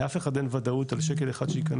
לאף אחד אין וודאות על שקל אחד שייכנס,